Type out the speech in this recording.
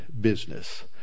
business